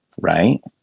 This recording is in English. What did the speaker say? right